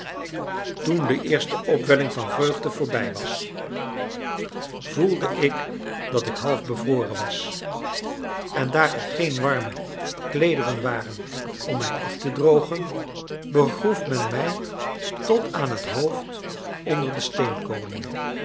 toen de eerste opwelling van vreugde voorbij was voelde ik dat ik half bevroren was en daar er geen warme kleederen waren om mij af te drogen begroef men mij tot aan het hoofd onder de